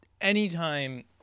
anytime